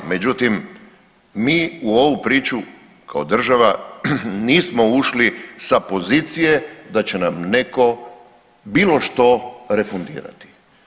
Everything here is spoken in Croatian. Međutim, mi u ovu priču kao država nismo ušli sa pozicije da će nam neko bilo što refundirati.